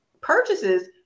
purchases